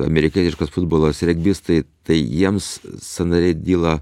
amerikietiškas futbolas regbistai tai jiems sąnariai dyla